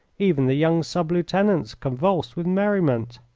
even the young sub-lieutenants convulsed with merriment.